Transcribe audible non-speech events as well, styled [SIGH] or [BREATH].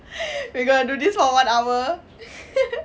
[BREATH] we got to do this for one hour [LAUGHS]